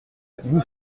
vous